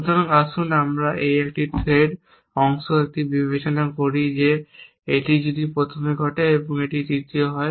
সুতরাং আসুন আমরা এটি একটি থ্রেড তথ্য একটি বিবেচনা করে যে এটি প্রথমে ঘটে এবং এটি তৃতীয় হয়